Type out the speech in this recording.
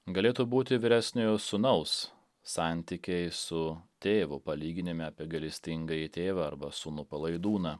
galėtų būti vyresniojo sūnaus santykiai su tėvu palyginime apie gailestingąjį tėvą arba sūnų palaidūną